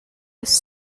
was